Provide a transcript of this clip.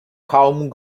kaum